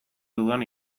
dudan